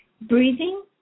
breathing